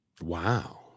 Wow